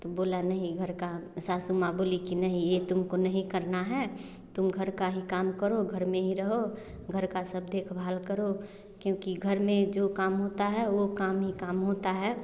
तो बोल नहीं घर का सासु माँ बोली की नहीं यह तुमको नहीं करना है तुम घर का ही काम करो घर में ही रहो घर का सब देखभाल करो क्योंकि घर में जो काम होता है वह काम ही काम होता है